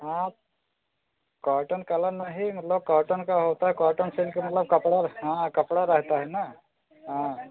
हाँ cotton colour नहीं मतलब कॉटन का होता है कॉटन सिल्क मतलब कपड़ा हाँ कपड़ा रहता है ना हाँ